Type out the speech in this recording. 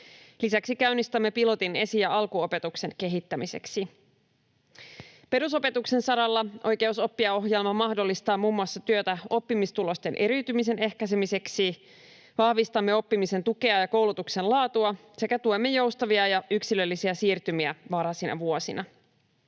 Lisäksi käynnistämme pilotin esi‑ ja alkuopetuksen kehittämiseksi. Perusopetuksen saralla Oikeus oppia ‑ohjelma mahdollistaa muun muassa työtä oppimistulosten eriytymisen ehkäisemiseksi. Vahvistamme oppimisen tukea ja koulutuksen laatua sekä tuemme joustavia ja yksilöllisiä siirtymiä varhaisina vuosina.